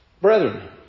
brethren